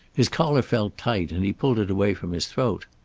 his collar felt tight, and he pulled it away from his throat.